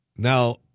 Now